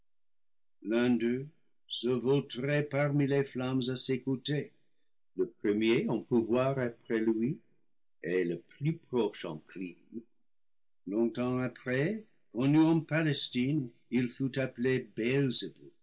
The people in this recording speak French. d'eux se vautrait parmi les flammes à ses côtés le premier en pouvoir après lui et le plus proche en crime longtemps après connu en palestine il fut appelé